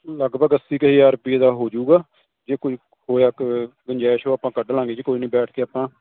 ਲਗਭਗ ਅੱਸੀ ਕੁ ਹਜ਼ਾਰ ਰੁਪਏ ਦਾ ਹੋ ਜਾਊਗਾ ਜੇ ਕੋਈ ਹੋਇਆ ਗੁੰਜਾਇਸ਼ ਹੋਉ ਆਪਾਂ ਕੱਢ ਲਾਂਗੇ ਜੀ ਕੋਈ ਨਹੀਂ ਬੈਠ ਕੇ ਆਪਾਂ